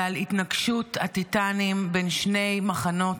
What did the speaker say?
על התנגשות הטיטנים בין שני מחנות.